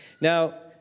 Now